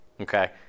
Okay